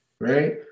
right